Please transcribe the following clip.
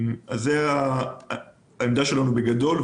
בגדול, זאת העמדה שלנו.